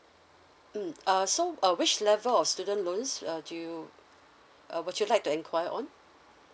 mm uh so uh which level of student loans uh do you uh would you like to enquire on